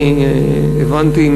אני הבנתי,